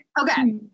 Okay